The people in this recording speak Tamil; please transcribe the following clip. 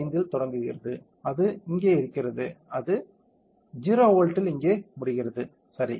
5 இல் தொடங்குகிறது அது இங்கே இருக்கிறது அது 0 வோல்ட்டில் இங்கே முடிகிறது சரி